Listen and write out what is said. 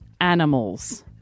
animals